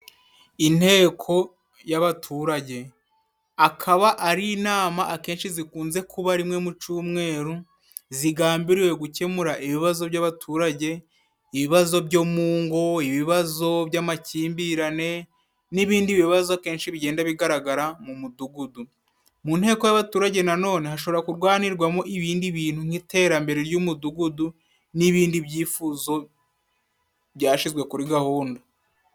Inteko y'abaturage, akaba ari inama akenshi zikunze kuba rimwe mu cumweru, zigambiriwe gukemura ibibazo by'abaturage: ibibazo byo mu ngo, ibibazo by'amakimbirane, n'ibindi bibazo akenshi bigenda bigaragara mu mudugudu. Mu nteko y'abaturage nanone, hashobora kuganirwamo ibindi bintu nk'iterambere ry'umudugudu n'ibindi byifuzo byashizwe kuri gahunda.